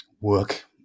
work